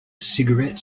cigarette